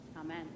Amen